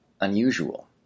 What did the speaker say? unusual